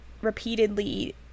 repeatedly